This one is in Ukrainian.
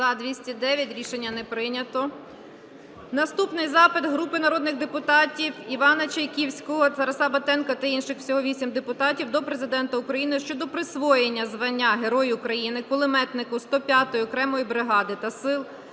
За-209 Рішення не прийнято. Наступний запит групи народних депутатів (Івана Чайківського, Тараса Батенка та інших. Всього 8 депутатів) до Президента України щодо присвоєння звання Герой України кулеметнику 105-ї окремої бригади сил